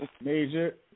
Major